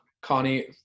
Connie